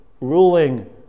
ruling